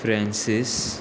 Francis